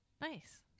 Nice